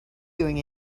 doing